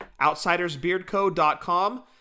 Outsidersbeardco.com